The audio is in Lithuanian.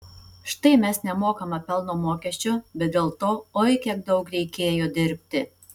štai mes nemokame pelno mokesčio bet dėl to oi kiek daug reikėjo dirbti